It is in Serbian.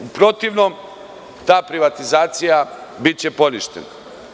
U protivnom, ta privatizacija biće poništena.